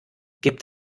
gibt